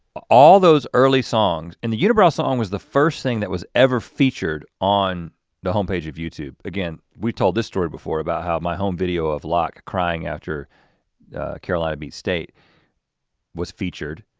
all those early songs and the unibrow song was the first thing that was ever featured on the homepage of youtube. again, we told this story before about how my home video of locke crying after the carolina beat state was featured.